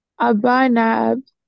Abinab